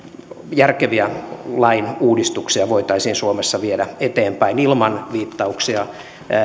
järkeviä lainuudistuksia voitaisiin suomessa viedä eteenpäin ilman viittauksia